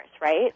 right